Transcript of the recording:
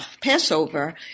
Passover